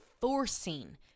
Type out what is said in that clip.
forcing